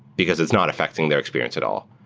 because it's not affecting their experience at all.